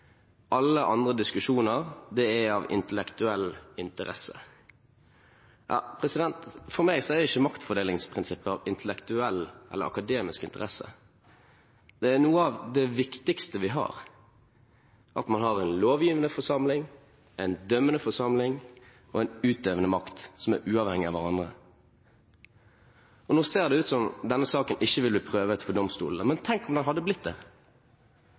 Alle andre diskusjoner er av intellektuell interesse. For meg er ikke maktfordelingsprinsippet av intellektuell eller akademisk interesse. Det er noe av det viktigste vi har, at man har en lovgivende forsamling, en dømmende makt og en utøvende makt som er uavhengig av hverandre. Nå ser det ut som denne saken ikke vil bli prøvd for domstolen, men tenk om den hadde blitt det.